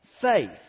faith